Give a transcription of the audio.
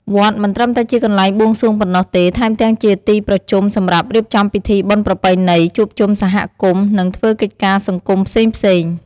វត្តមិនត្រឹមតែជាកន្លែងបួងសួងប៉ុណ្ណោះទេ ថែមទាំងជាទីប្រជុំសម្រាប់រៀបចំពិធីបុណ្យប្រពៃណី ជួបជុំសហគមន៍ និងធ្វើកិច្ចការសង្គមផ្សេងៗ។